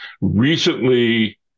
recently